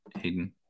Hayden